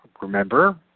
Remember